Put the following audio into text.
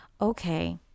okay